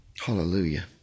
Hallelujah